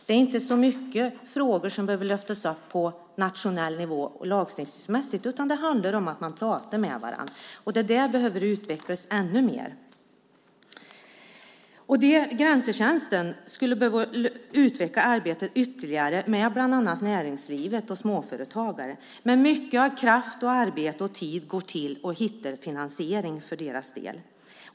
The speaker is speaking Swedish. Det är inte så många frågor som behöver lyftas upp på nationell nivå lagstiftningsmässigt, utan det handlar om att man pratar med varandra, och det behöver utvecklas ännu mer. Grensetjänsten skulle behöva utveckla samarbetet ytterligare med bland annat näringsliv och småföretagare. Men mycket av kraft, arbete och tid går till att hitta en finansiering för deras del.